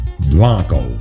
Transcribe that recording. blanco